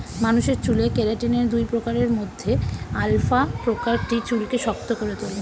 মানুষের চুলে কেরাটিনের দুই প্রকারের মধ্যে আলফা প্রকারটি চুলকে শক্ত করে তোলে